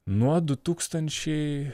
nuo du tūkstančiai